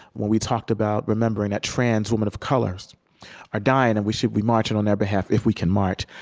when we talked about remembering that trans women of color so are dying, and we should be marching on their behalf if we can march,